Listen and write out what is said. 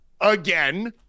again